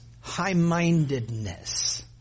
high-mindedness